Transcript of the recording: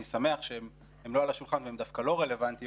נגיע גם לזה אבל אני מדבר על הסוגיה